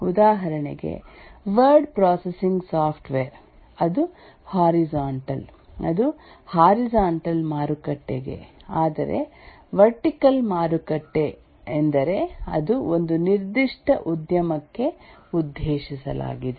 ಉದಾಹರಣೆಗೆ word processing software ಅದು horizontal ಅದು ಹಾರಿಜಾಂಟಲ್ ಮಾರುಕಟ್ಟೆಗೆ ಆದರೆ ವರ್ಟಿಕಲ್ ಮಾರುಕಟ್ಟೆ ಎಂದರೆ ಅದು ಒಂದು ನಿರ್ದಿಷ್ಟ ಉದ್ಯಮಕ್ಕೆ ಉದ್ದೇಶಿಸಲಾಗಿದೆ